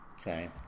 Okay